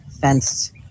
fenced